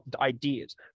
ideas